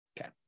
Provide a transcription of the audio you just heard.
Okay